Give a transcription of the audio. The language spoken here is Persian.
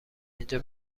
اینجا